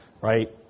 right